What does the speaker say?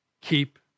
keep